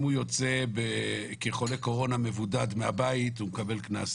אם הוא יוצא כחולה קורונה מבודד מהבית הוא מקבל קנס.